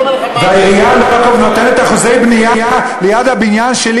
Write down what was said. והעירייה לא נותנת אחוזי בנייה ליד הבניין שלי,